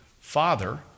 father